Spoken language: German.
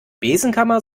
besenkammer